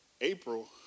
April